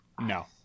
no